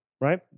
right